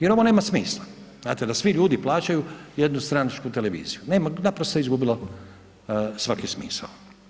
Jer ovo nema smisla, znate, da svi ljudi plaćaju jednu stranačku televiziju, naprosto je izgubilo svaki smisao.